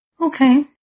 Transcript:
Okay